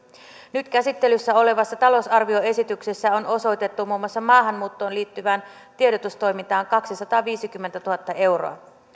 nyt käsittelyssä olevassa talousarvioesityksessä on osoitettu muun muassa maahanmuuttoon liittyvään tiedotustoimintaan kaksisataaviisikymmentätuhatta euroa